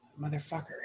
Motherfucker